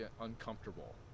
uncomfortable